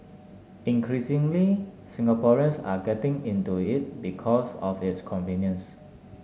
increasingly Singaporeans are getting into it because of its convenience